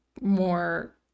more